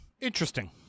Interesting